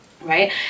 right